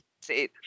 See